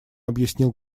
объяснил